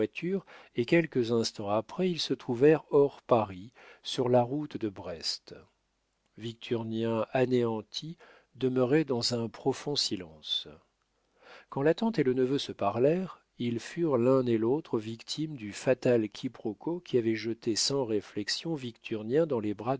et quelques instants après ils se trouvèrent hors paris sur la route de brest victurnien anéanti demeurait dans un profond silence quand la tante et le neveu se parlèrent ils furent l'un et l'autre victimes du fatal quiproquo qui avait jeté sans réflexion victurnien dans les bras